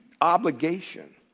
obligation